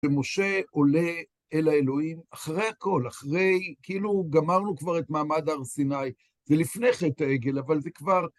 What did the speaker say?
שמשה עולה אל האלוהים, אחרי הכל, אחרי, כאילו גמרנו כבר את מעמד הר סיני, זה לפניכן העגל, אבל זה כבר...